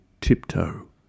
tiptoe